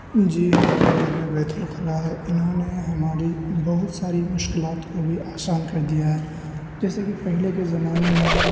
جی ہمارے گھر میں بیت الخلاء ہے انہوں نے ہماری بہت ساری مشکلات کو بھی آسان کر دیا ہے جیسے کہ پہلے کے زمانے میں